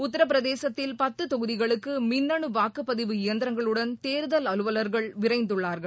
உத்தரபிரதேசத்தில் பத்து தொகுதிகளுக்கு மின்னனு வாக்குப்பதிவு இயந்திரங்களுடன் தேர்தல் அலுவலர்கள் விரைந்துள்ளார்கள்